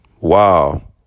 Wow